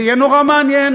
זה יהיה נורא מעניין,